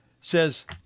says